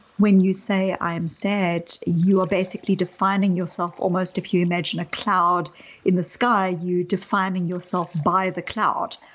when you say i am sad, you are basically defining yourself almost if you imagine a cloud in the sky. you're defining yourself by the cloud,